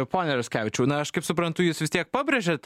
pone raskevičiau na aš kaip suprantu jūs vis tiek pabrėžiat